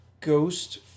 ghost